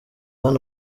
hano